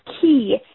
key